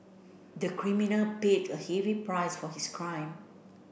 the criminal paid a heavy price for his crime